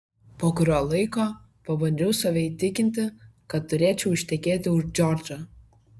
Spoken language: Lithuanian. po kurio laiko pabandžiau save įtikinti kad turėčiau ištekėti už džordžo